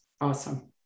Awesome